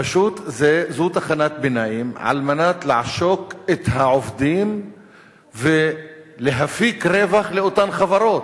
פשוט זו תחנת ביניים על מנת לעשוק את העובדים ולהפיק רווח לאותן חברות,